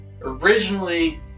Originally